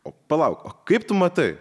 o palauk kaip tu matai